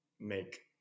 make